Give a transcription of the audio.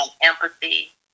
empathy